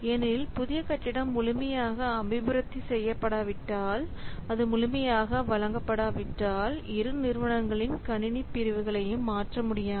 ஏனெனில் புதிய கட்டிடம் முழுமையாக அபிவிருத்தி செய்யப்படாவிட்டால் அது முழுமையாக வழங்கப்படாவிட்டால் இரு நிறுவனங்களின் கணினி பிரிவுகளையும் மாற்ற முடியாது